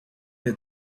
had